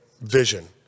vision